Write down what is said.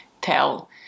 tell